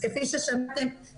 כפי ששמעתם,